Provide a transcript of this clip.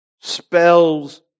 spells